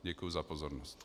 Děkuji za pozornost.